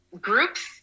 groups